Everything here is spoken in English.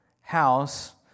house